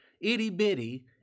itty-bitty